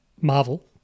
Marvel